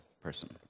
person